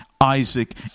Isaac